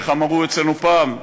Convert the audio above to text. איך אמרו אצלנו פעם?